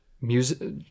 music